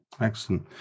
Excellent